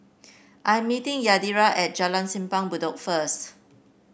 I am meeting Yadira at Jalan Simpang Bedok first